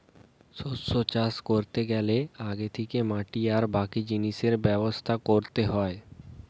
শস্য চাষ কোরতে গ্যালে আগে থিকে মাটি আর বাকি জিনিসের ব্যবস্থা কোরতে হয়